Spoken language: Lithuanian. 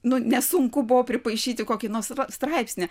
nu nesunku buvo pripaišyti kokį nors straipsnį